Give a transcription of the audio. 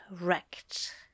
wrecked